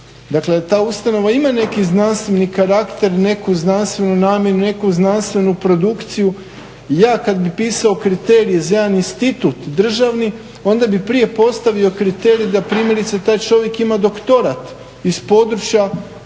Dakle, ta ustanova ima neki znanstveni karakter, neku znanstvenu namjenu, neku znanstvenu produkciju. Ja kad bih pisao kriterij za jedan institut državni onda bih prije postavio kriterij da primjerice taj čovjek ima doktorat iz područja